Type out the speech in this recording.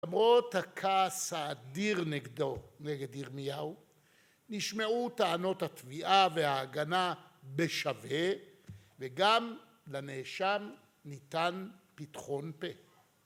למרות הכעס האדיר נגדו, נגד ירמיהו, נשמעו טענות התביעה וההגנה בשווה, וגם לנאשם ניתן פתחון פה.